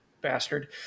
bastard